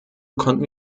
konnten